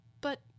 But